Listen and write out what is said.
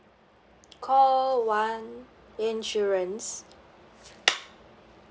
call one insurance